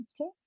okay